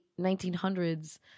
1900s